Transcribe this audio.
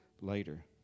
later